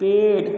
पेड़